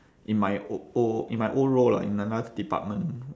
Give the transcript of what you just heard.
in my old old in my old role lah in another department